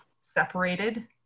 separated